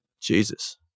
Jesus